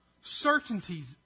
Certainties